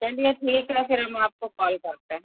चलिए ठीक है फिर हम आपको कॉल करते हैं